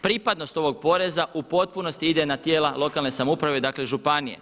Pripadnost ovog poreza u potpunosti ide na tijela lokalne samouprave, dakle županije.